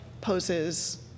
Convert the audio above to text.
poses